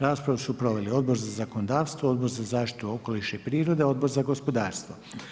Raspravu su proveli Odbor za zakonodavstvo, Odbor za zaštitu, okoliš i prirodu, Odbor za gospodarstvo.